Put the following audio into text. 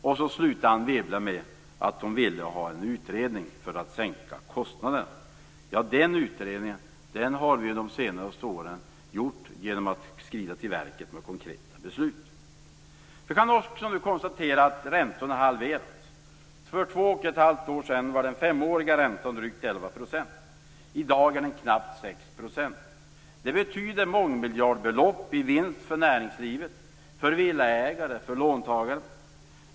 Sedan avslutade Anne Wibble med att hon ville att det skulle tillsättas en utredning för att kostnaderna skulle kunna sänkas. Den utredningen har vi ju under de senaste åren genomfört genom att vi har skridit till verket med konkreta beslut. Räntorna har halverats. För två och ett halvt år sedan var den femåriga räntan drygt 11 %. I dag är den knappt 6 %. Det betyder mångmiljardbelopp i vinst för näringslivet, för villaägare och för alla låntagare.